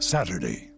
Saturday